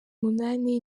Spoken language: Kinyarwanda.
munani